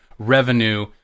revenue